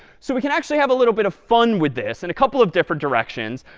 so we can actually have a little bit of fun with this in a couple of different directions.